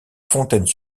fontaines